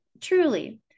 truly